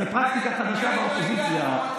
זאת פרקטיקה חדשה באופוזיציה,